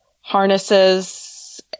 harnesses